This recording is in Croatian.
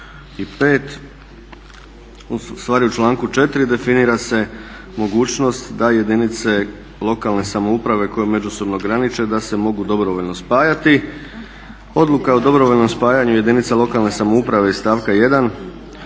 u članku 4. definira se mogućnost da jedinice lokalne samouprave koje međusobno graniče da se mogu dobrovoljno spajati. Odluka o dobrovoljnom spajanju jedinica lokalne samouprave iz stavka 1.